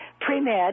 pre-med